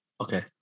Okay